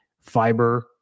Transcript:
fiber